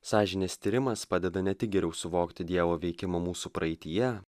sąžinės tyrimas padeda ne tik geriau suvokti dievo veikimą mūsų praeityje